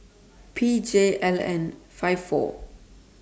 P J L N five four